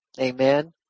Amen